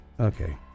okay